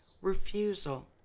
Refusal